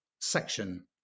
section